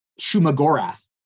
Shumagorath